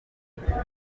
guhuza